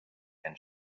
and